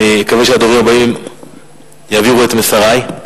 אני מקווה שהדוברים הבאים יעבירו את מסרי,